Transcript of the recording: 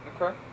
Okay